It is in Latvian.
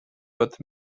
pat